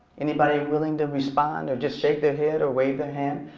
anybody willing to respond or just shake their head or wave their hand?